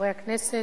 חברי הכנסת,